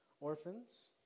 Orphans